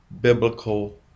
biblical